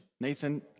Nathan